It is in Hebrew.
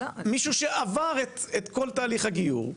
מישהו שעבר את כל תהליך הגיור,